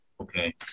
Okay